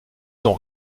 son